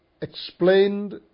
explained